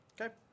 Okay